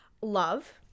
love